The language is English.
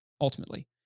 ultimately